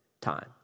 time